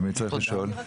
גם ועדת